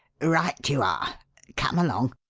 right you are come along.